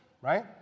right